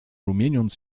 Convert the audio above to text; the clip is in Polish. rumieniąc